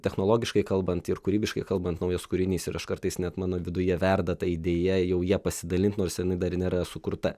technologiškai kalbant ir kūrybiškai kalbant naujas kūrinys ir aš kartais net mano viduje verda ta idėja jau ja pasidalint nors jinai dar nėra sukurta